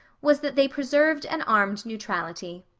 was that they preserved an armed neutrality.